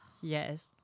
Yes